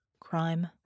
Crime